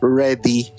ready